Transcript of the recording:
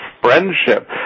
friendship